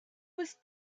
was